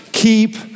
keep